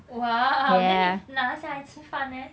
!wow! then 你拿下来吃饭 leh